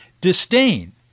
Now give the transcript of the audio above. disdain